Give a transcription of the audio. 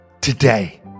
today